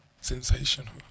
Sensational